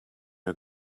are